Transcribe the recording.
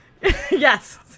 Yes